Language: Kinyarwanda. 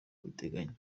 abiteganya